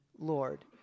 Lord